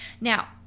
now